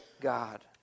God